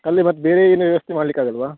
ಅಲ್ಲಿ ಮತ್ತೆ ಬೇರೆ ಏನೂ ವ್ಯವಸ್ಥೆ ಮಾಡ್ಲಿಕ್ಕೆ ಆಗಲ್ಲವಾ